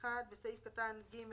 (1)בסעיף קטן (ג),